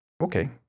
okay